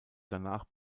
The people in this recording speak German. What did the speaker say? danach